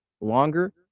longer